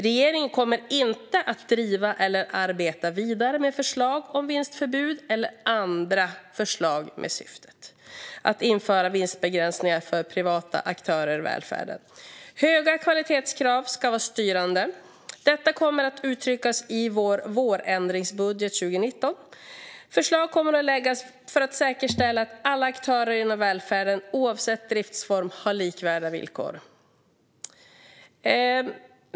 Regeringen kommer inte att driva eller arbeta vidare med förslag om vinstförbud eller andra förslag med syftet att införa vinstbegränsningar för privata aktörer i välfärden. Höga kvalitetskrav ska vara styrande. Detta kommer att uttryckas i vårändringsbudgeten 2019. Förslag kommer läggas för att säkerställa att alla aktörer inom välfärden oavsett driftform har likvärdiga villkor."